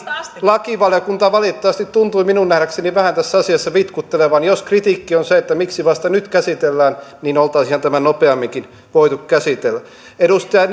lakivaliokunta valitettavasti tuntui minun nähdäkseni vähän tässä asiassa vitkuttelevan jos kritiikki on se että miksi vasta nyt käsitellään niin oltaisiinhan tämä nopeamminkin voitu käsitellä edustaja